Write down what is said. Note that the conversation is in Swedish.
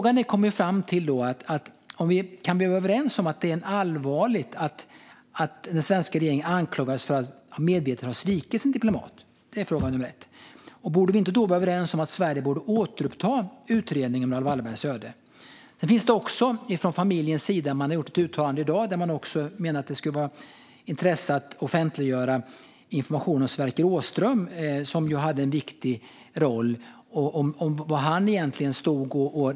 Kan vi vara överens om att det är allvarligt att den svenska regeringen anklagas för att medvetet ha svikit sin diplomat? Borde vi då inte vara överens om att Sverige borde återuppta utredningen om Raoul Wallbergs öde? Familjen har i dag gjort ett uttalande där man menar att det skulle vara av intresse att offentliggöra information om var Sverker Åström, som ju hade en viktig roll, egentligen stod.